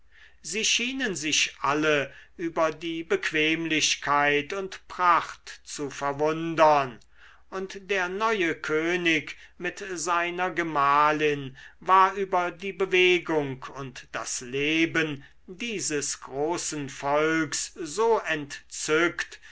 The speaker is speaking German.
sie schienen sich alle über die bequemlichkeit und pracht zu verwundern und der neue könig mit seiner gemahlin war über die bewegung und das leben dieses großen volks so entzückt